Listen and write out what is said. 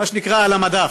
מה שנקרא "על המדף".